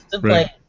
right